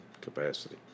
capacity